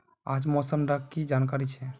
आज मौसम डा की जानकारी छै?